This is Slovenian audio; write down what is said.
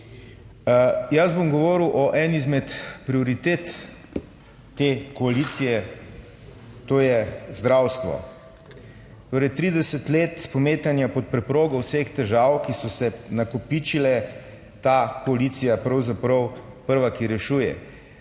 Jaz bom govoril o eni izmed prioritet te koalicije, to je zdravstvo. Torej, 30 let pometanja pod preprogo vseh težav, ki so se nakopičile, ta koalicija je pravzaprav prva, ki rešuje.